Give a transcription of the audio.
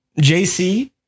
JC